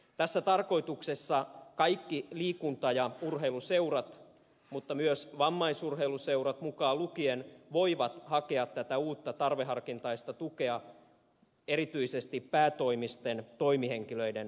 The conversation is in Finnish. tässä tarkoituksessa kaikki liikunta ja urheiluseurat mutta myös vammaisurheiluseurat mukaan lukien voivat hakea tätä uutta tarveharkintaista tukea erityisesti päätoimisten toimihenkilöiden palkkaukseen